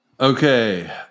Okay